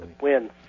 wins